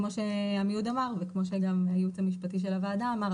כמו שעמיהוד אמר וכמו שגם הייעוץ המשפטי של הוועדה אמר,